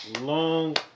long